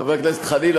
חבר הכנסת חנין,